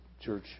Church